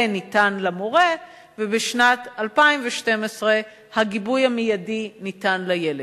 ניתן למורה ובשנת 2012 הגיבוי המיידי ניתן לילד.